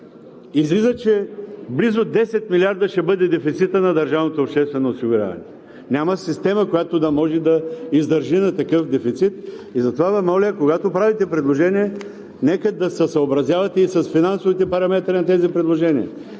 излиза, че близо 10 милиарда ще бъде дефицитът на държавното обществено осигуряване. Няма система, която да може да издържи на такъв дефицит и затова Ви моля, когато правите предложения, нека да се съобразявате и с финансовите параметри на тези предложения.